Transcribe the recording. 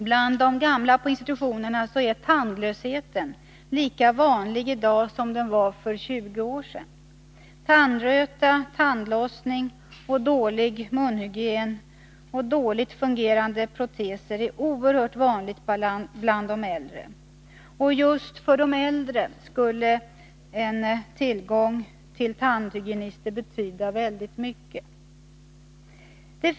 Bland de gamla på institutionerna är tandlöshet lika vanlig i dag som den var för 20 år sedan. Tandröta, tandlossning, dålig munhygien och dåligt fungerande proteser är oerhört vanligt bland de äldre. Just för de äldre skulle tillgång till tandhygienister betyda mycket.